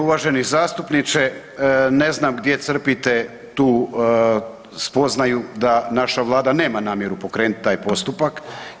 Uvaženi zastupniče ne znam gdje crpite tu spoznaju da naša Vlada nema namjeru pokrenuti taj postupak.